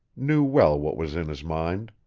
knew well what was in his mind.